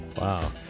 wow